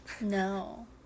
No